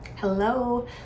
hello